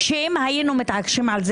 אתה לא צריך להילחם.